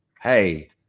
hey